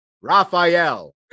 Raphael